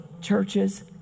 churches